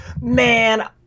man